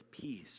peace